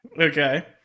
Okay